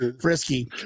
frisky